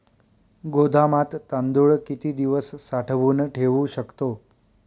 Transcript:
गोदामात तांदूळ किती दिवस साठवून ठेवू शकतो?